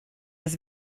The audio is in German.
als